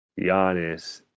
Giannis